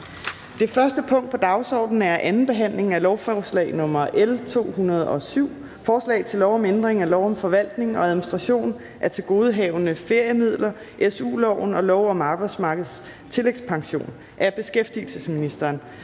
Det første punkt på dagsordenen er: 1) 2. behandling af lovforslag nr. L 207: Forslag til lov om ændring af lov om forvaltning og administration af tilgodehavende feriemidler, SU-loven og lov om Arbejdsmarkedets Tillægspension. (Førtidig udbetaling